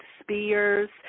spears